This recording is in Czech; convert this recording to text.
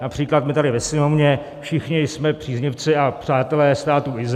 Například my tady ve Sněmovně všichni jsme příznivci a přátelé Státu Izrael.